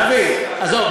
דוד, עזוב.